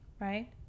right